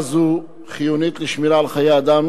הסדרה זו חיונית לשמירה על חיי אדם